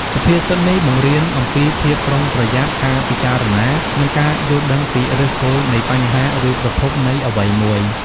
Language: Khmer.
សុភាសិតនេះបង្រៀនអំពីភាពប្រុងប្រយ័ត្ន ការពិចារណា និងការយល់ដឹងពីឫសគល់នៃបញ្ហា ឬប្រភពនៃអ្វីមួយ។